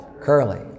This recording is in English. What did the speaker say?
Curly